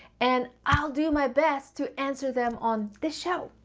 and i'll do my best to answer them on this show.